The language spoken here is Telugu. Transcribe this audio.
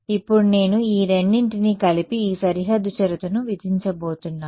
ఇప్పుడు నేను ఈ రెండింటినీ కలిపి ఈ సరిహద్దు షరతును విధించబోతున్నాను